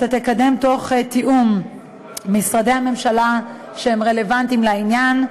אתה תקדם תוך תיאום עם משרדי הממשלה שהם רלוונטיים לעניין: